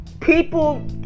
people